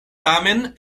tamen